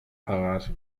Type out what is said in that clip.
parat